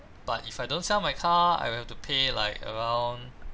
but if I don't sell my car I will to pay like around